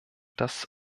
das